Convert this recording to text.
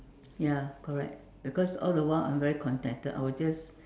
ya correct because all the while I'm very contented I will just